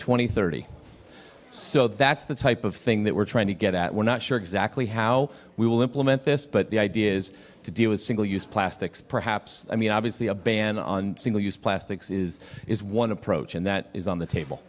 twenty thirty so that's the type of thing that we're trying to get at we're not sure exactly how we will implement this but the idea is to deal with single use plastics perhaps i mean obviously a ban on single use plastics is is one approach and that is on the table